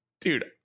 dude